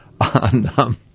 on